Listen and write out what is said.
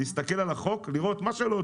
להסתכל על החוק, לראות, מה שטוב